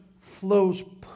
flows